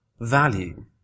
value